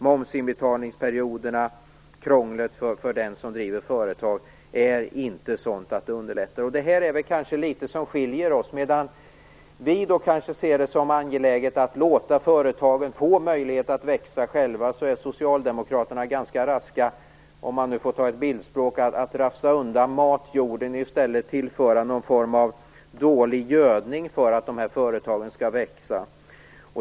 Momsinbetalningsperioderna och krånglet för den som driver företag är inte heller sådana att de underlättar. Det här är kanske litet som skiljer oss åt. Medan vi kristdemokrater ser det som angeläget att låta företagen få möjlighet att växa själva är socialdemokraterna ganska raska - om man nu får ta till bildspråk - att rafsa undan matjorden och i stället tillföra någon form av dålig gödning för att företagen skall växa.